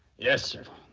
yes, sir.